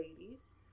ladies